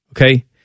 Okay